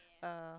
uh